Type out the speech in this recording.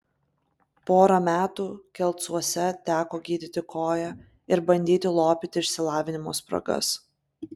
porą metų kelcuose teko gydyti koją ir bandyti lopyti išsilavinimo spragas